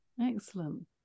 Excellent